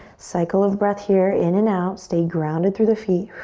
cycle of breath here, in and out. stay grounded through the feet.